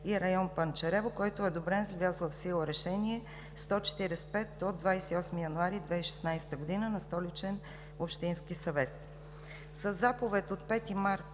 и район „Панчарево“, който е одобрен с влязло в сила Решение № 145 от 28 януари 2016 г. на Столичен общински съвет.